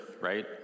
right